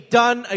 done